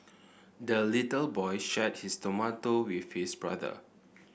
the little boy shared his tomato with his brother